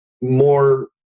more